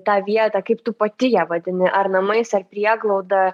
tą vietą kaip tu pati ją vadini ar namais ar prieglauda